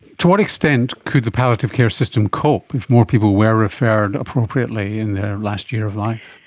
to what extent could the palliative care system cope if more people were referred appropriately in their last year of life?